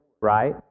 right